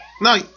no